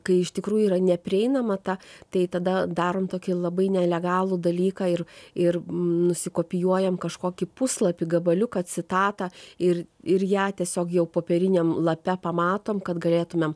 kai iš tikrųjų yra neprieinama ta tai tada darom tokį labai nelegalų dalyką ir ir nusikopijuojam kažkokį puslapį gabaliuką citatą ir ir ją tiesiog jau popieriniam lape pamatom kad galėtumėm